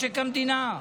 משק המדינה.